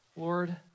Lord